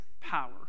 power